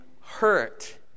hurt